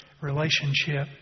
relationship